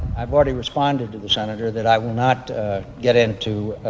i've already responded to the senator that i will not get into